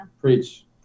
Preach